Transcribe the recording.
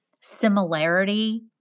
similarity